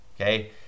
okay